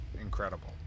incredible